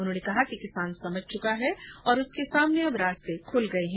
उन्होंने कहा कि किसान समझ चुका है कि उसके सामने अब रास्ते खुल गए हैं